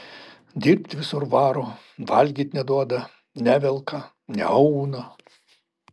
dirbt visur varo valgyt neduoda nevelka neauna